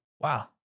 Wow